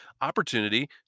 opportunity